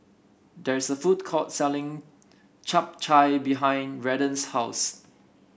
there is a food court selling Chap Chai behind Redden's house